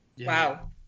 Wow